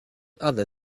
other